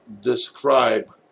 describe